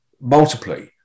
multiply